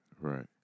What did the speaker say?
Right